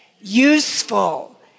Useful